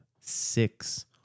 six